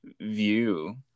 view